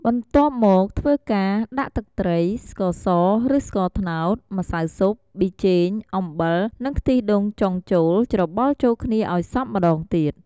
បន្ទាប់មកធ្វើការ ដាក់ទឹកត្រី ស្ករសឬស្ករត្នោត ម្សៅស៊ុប ប៊ីចេង អំបិល និងខ្ទិះដូងចុងចូលច្របល់ចូលគ្នាឲ្យសប់ម្ដងទៀត។